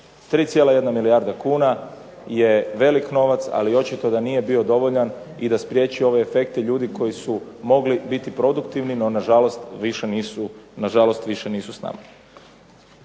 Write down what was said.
3,1 milijarda kuna je velik novac, ali očito da nije bio dovoljan i da spriječi ove efekte ljudi koji su mogli biti produktivni, no na žalost više nisu s nama.